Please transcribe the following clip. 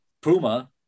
puma